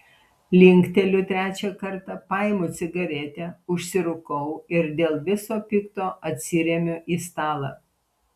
linkteliu trečią kartą paimu cigaretę užsirūkau ir dėl viso pikto atsiremiu į stalą